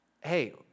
hey